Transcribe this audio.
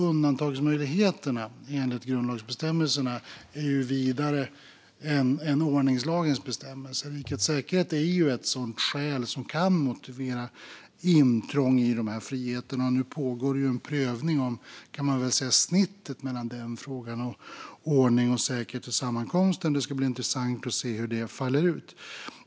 Undantagsmöjligheterna enligt grundlagsbestämmelserna är vidare än ordningslagens bestämmelser. Rikets säkerhet är ett skäl som kan motivera intrång i dessa friheter. Nu pågår en prövning om, kan man väl säga, snittet mellan den frågan och ordning och säkerhet vid sammankomster. Det ska bli intressant att se hur detta faller ut.